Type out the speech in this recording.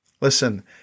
Listen